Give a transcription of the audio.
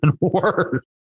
worse